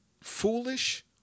foolish